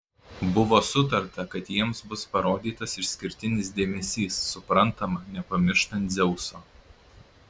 buvo sutarta kad jiems bus parodytas išskirtinis dėmesys suprantama nepamirštant dzeuso